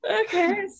Okay